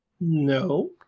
No